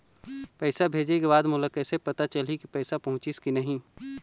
पैसा भेजे के बाद मोला कैसे पता चलही की पैसा पहुंचिस कि नहीं?